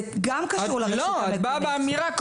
זה גם קשור לרשות המקומית.